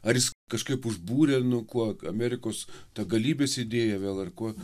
ar jis kažkaip užbūrė nu kuo amerikos ta galybės idėja vėl ar kuo